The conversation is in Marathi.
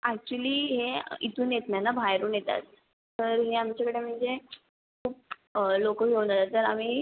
ॲक्चुली हे इथून येत नाही ना बाहेरून येतात तर हे आमच्याकडे म्हणजे लोकल ओनर तर आम्ही